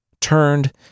turned